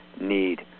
need